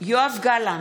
יואב גלנט,